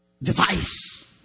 device